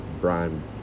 Brian